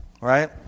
Right